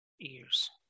Ears